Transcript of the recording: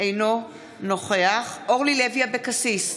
אינו נוכח אורלי לוי אבקסיס,